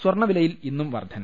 സ്വർണ്ണവിലയിൽ ഇന്നും വർദ്ധന